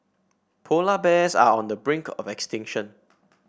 polar bears are on the brink of extinction